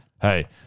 Hey